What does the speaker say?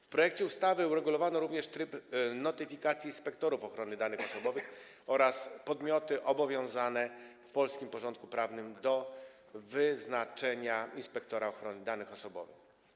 W projekcie ustawy uregulowano również tryb notyfikacji inspektorów ochrony danych osobowych oraz podmioty obowiązane w polskim porządku prawnym do wyznaczenia inspektora ochrony danych osobowych.